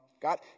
God